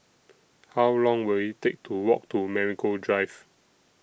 How Long Will IT Take to Walk to Marigold Drive